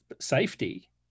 safety